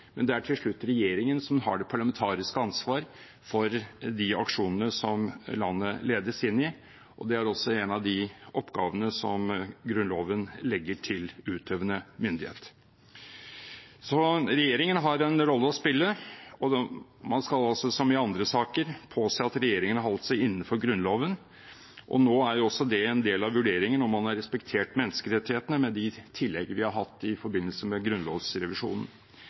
men det er til slutt regjeringen som har det parlamentariske ansvar for de aksjonene som landet ledes inn i, og det er også en av oppgavene som Grunnloven legger til utøvende myndighet. Regjeringen har en rolle å spille, og man skal, som i andre saker, påse at regjeringen har holdt seg innenfor Grunnloven. Nå er også det en del av vurderingen – om man har respektert menneskerettighetene med de tillegg vi har i forbindelse med grunnlovsrevisjonen.